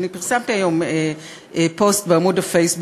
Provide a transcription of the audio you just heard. אני פרסמתי היום פוסט בעמוד הפייסבוק